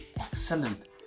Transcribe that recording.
excellent